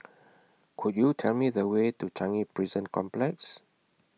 Could YOU Tell Me The Way to Changi Prison Complex